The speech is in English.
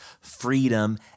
freedom